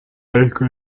ariko